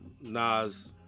Nas